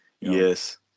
Yes